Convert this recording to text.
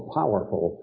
powerful